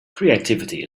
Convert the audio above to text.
creativity